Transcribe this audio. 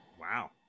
Wow